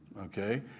Okay